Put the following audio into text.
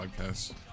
podcast